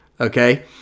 Okay